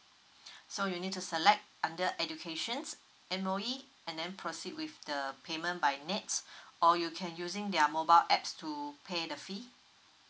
so you need to select under educations M_O_E and then proceed with the payment by nets or you can using their mobile apps to pay the fee